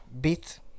beat